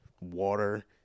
water